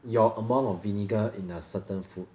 your amount of vinegar in a certain food